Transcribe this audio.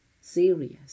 serious